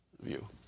view